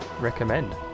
recommend